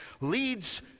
leads